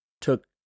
took